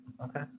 Okay